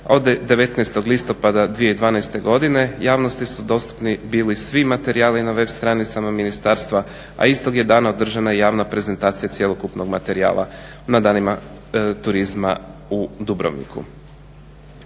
od 19. listopada 2012.godine javnosti su dostupni bili svi materijali na web stranicama ministarstva a istog je dana održana i javna prezentacija cjelokupnog materijala na danima turizma u Dubrovniku.